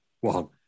one